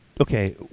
okay